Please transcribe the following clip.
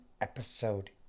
Episode